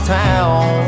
town